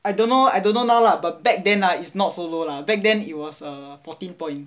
I don't know don't know now lah but back then ah it's not so low lah back then it was a fourteen point